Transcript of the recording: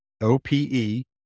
O-P-E